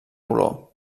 color